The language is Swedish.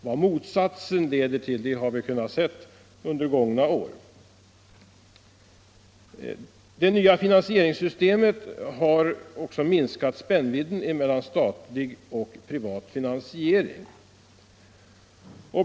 Vad motsatsen leder till har vi kunnat se under gångna år. Det nya finansieringssystemet har också minskat spännvidden mellan statlig och privat finansiering.